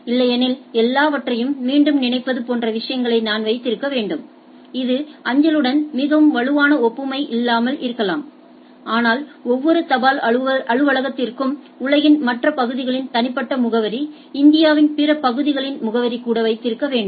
இல்லையெனில் எல்லாவற்றையும் மீண்டும் நினைப்பது போன்ற விஷயங்களை நான் வைத்திருக்க வேண்டும் இது அஞ்சலுடன் மிகவும் வலுவான ஒப்புமை இல்லாமல் இருக்கலாம் ஆனால் ஒவ்வொரு தபால் அலுவலகத்திற்கும் உலகின் மற்ற பகுதிகளின் தனிப்பட்ட முகவரிஇந்தியாவின் பிற பகுதிகளின் முகவரி கூட வைத்திருக்க வேண்டும்